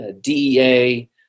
DEA